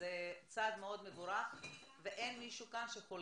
אנחנו יכולים להיות שם כמשקיפים אם יש